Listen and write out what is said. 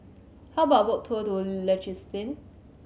how about a boat tour in Liechtenstein